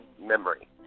memory